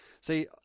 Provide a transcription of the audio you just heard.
See